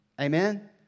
Amen